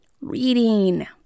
reading